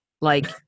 Like-